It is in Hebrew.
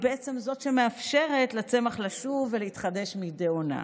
בעצם זו שמאפשרת לצמח לשוב ולהתחדש מדי עונה.